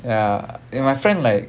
ya and my friend like